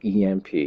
EMP